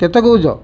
କେତେ କହୁଛ